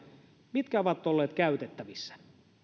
mitkä ovat olleet käytettävissä